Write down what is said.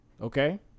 Okay